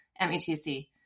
METC